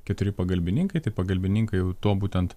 keturi pagalbininkai tai pagalbininkai jau tuo būtent